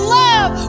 love